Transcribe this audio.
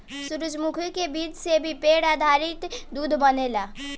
सूरजमुखी के बीज से भी पेड़ आधारित दूध बनेला